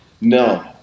No